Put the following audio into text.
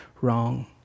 wrong